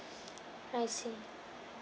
I see